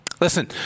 Listen